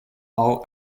all